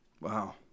Wow